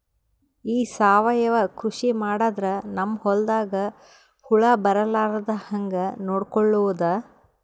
ಈ ಸಾವಯವ ಕೃಷಿ ಮಾಡದ್ರ ನಮ್ ಹೊಲ್ದಾಗ ಹುಳ ಬರಲಾರದ ಹಂಗ್ ನೋಡಿಕೊಳ್ಳುವುದ?